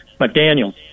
mcdaniel